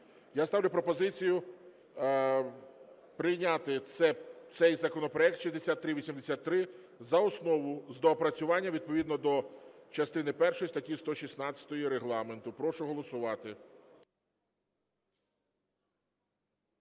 Я ставлю пропозицію прийняти цей законопроект, 6383, за основу з доопрацюванням відповідно до частини першої статті 16 Регламенту. Прошу голосувати.